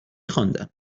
خواندم